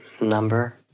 number